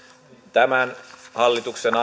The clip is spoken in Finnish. tämän hallituksen